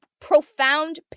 profound